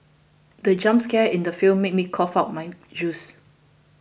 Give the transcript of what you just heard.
the jump scare in the film made me cough out my juice